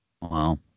Wow